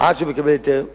עד שהוא מקבל היתר בנייה?